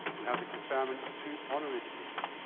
we have the conferment of two honorary degrees.